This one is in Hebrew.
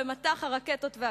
במטח הרקטות וה"קסאמים".